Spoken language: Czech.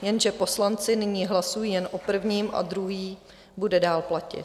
Jenže poslanci nyní hlasují jen o prvním a druhý bude dál platit.